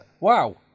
wow